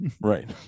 Right